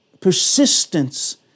Persistence